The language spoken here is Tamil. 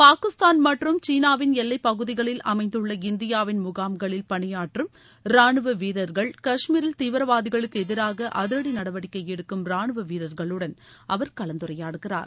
பாகிஸ்தான் மற்றும் சீனாவின் எல்லைப்பகுதிகளில் அமைந்துள்ள இந்தியாவின் முகாம்களில் பணியாற்றும் ராணுவ வீரர்கள் காஷ்மீரில் தீவிரவாதிகளுக்கு எதிராக அதிரடி நடவடிக்கை எடுக்கும் ராணுவ வீரர்களுடன் அவர் கலந்துரையாடுகிறார்